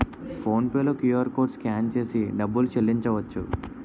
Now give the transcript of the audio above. phone pay లో QR code scan చేసి డబ్బులు చెల్లించవచ్చు